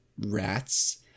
rats